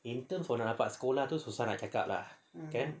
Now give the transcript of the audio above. in terms of nak dapat sekolah tu susah nak cakap lah kan